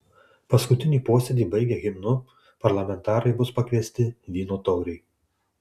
paskutinį posėdį baigę himnu parlamentarai bus pakviesti vyno taurei